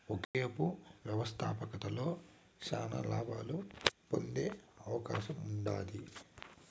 ఒకేపు వ్యవస్థాపకతలో శానా లాబాలు పొందే అవకాశముండాది